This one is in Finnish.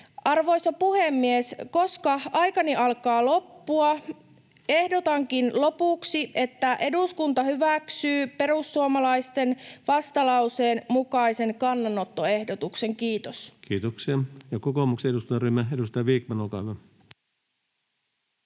Arvoisa puhemies! Koska aikani alkaa loppua, ehdotankin lopuksi, että eduskunta hyväksyy perussuomalaisten vastalauseen mukaisen kannanottoehdotuksen. — Kiitos. Kiitoksia. — Ja kokoomuksen eduskuntaryhmä, edustaja Vikman, olkaa hyvä.